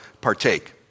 partake